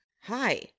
Hi